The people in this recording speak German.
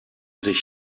sich